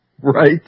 Right